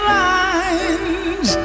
lines